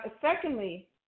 secondly